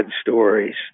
stories